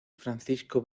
francisco